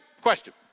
question